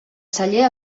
celler